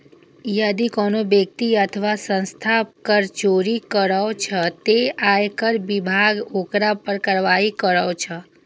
यदि कोनो व्यक्ति अथवा संस्था कर चोरी करै छै, ते आयकर विभाग ओकरा पर कार्रवाई करै छै